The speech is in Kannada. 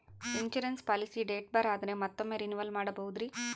ಇನ್ಸೂರೆನ್ಸ್ ಪಾಲಿಸಿ ಡೇಟ್ ಬಾರ್ ಆದರೆ ಮತ್ತೊಮ್ಮೆ ರಿನಿವಲ್ ಮಾಡಬಹುದ್ರಿ?